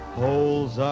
holes